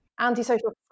antisocial